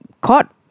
caught